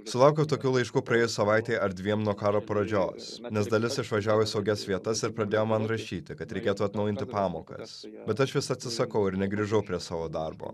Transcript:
sulaukiau tokių laiškų praėjus savaitei ar dviem nuo karo pradžios nes dalis išvažiavo į saugias vietas ir pradėjo man rašyti kad reikėtų atnaujinti pamokas bet aš vis atsisakau ir negrįžau prie savo darbo